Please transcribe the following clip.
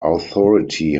authority